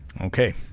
okay